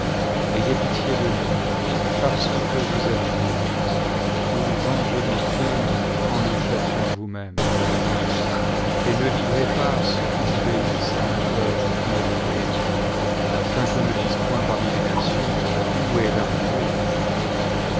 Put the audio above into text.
aj'ez pitié de nous parce que vous êtes bon ou vengez nos crimes en nous châtiant vous-même et ne livrez pas ceux qui vous bénissent à un peuple qui ne vous connaît point afin qu'on ne dise point parmi les nations où est leur dieu